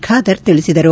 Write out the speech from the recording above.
ಖಾದರ್ ತಿಳಿಸಿದರು